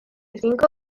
cinco